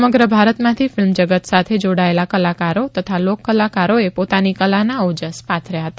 સમગ્ર ભારતમાંથી ફિલ્મ જગત સાથે જોડાયેલા કલાકારો તથા લોક કલાકારોએ પોતાની કલાના ઓજસ પાથર્યા હતા